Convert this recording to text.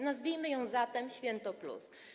Nazwijmy ją zatem święto+.